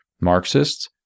Marxists